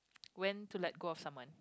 when to let go of someone